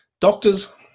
doctors